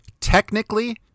Technically